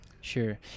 Sure